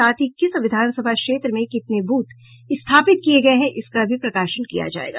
साथ ही किस विधानसभा क्षेत्र में कितने बूथ स्थापित किये गये हैं इसका भी प्रकाशन किया जायेगा